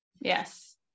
Yes